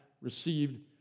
received